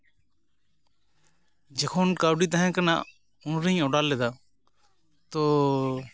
ᱡᱚᱠᱷᱚᱱ ᱠᱟᱹᱣᱰᱤ ᱛᱟᱦᱮᱸᱠᱟᱱᱟ ᱩᱱᱨᱤᱧ ᱚᱰᱟᱨ ᱞᱮᱫᱟ ᱛᱚ